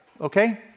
okay